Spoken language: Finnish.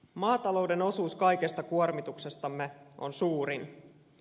maatalouden osuus kaikesta kuormituksestamme on suurin